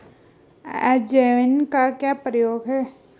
अजवाइन का क्या प्रयोग है?